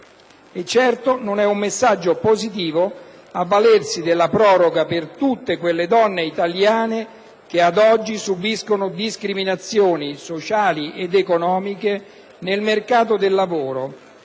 e certo non è un messaggio positivo avvalersi della proroga per tutte quelle donne italiane che, ad oggi, subiscono discriminazioni sociali ed economiche nel mercato del lavoro,